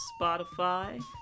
Spotify